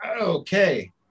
okay